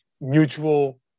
mutual